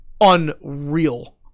unreal